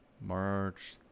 March